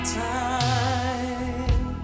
time